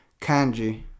kanji